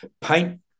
Paint